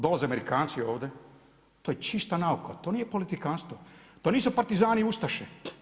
Dolaze Amerikanci ovdje, to je čista nauka, to nije politikantstvo, to nisu partizani i ustaše.